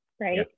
right